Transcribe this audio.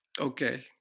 okay